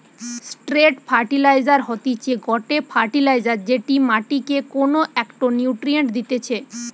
straight fertilizer হতিছে গটে fertilizer যেটা মাটিকে কোনো একটো নিউট্রিয়েন্ট দিতেছে